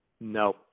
No